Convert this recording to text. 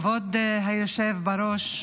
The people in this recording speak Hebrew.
כבוד היושב בראש,